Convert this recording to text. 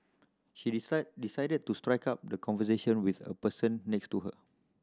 she decided decided to strike up the conversation with a person next to her